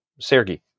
Sergey